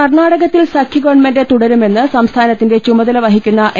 കർണാടകത്തിൽ സഖ്യ ഗവൺമെന്റ് തുടരു മെന്ന് സംസ്ഥാനത്തിന്റെ ചുമതല വഹിക്കുന്ന എ